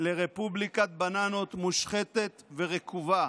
לרפובליקת בננות מושחתת ורקובה.